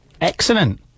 excellent